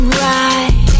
right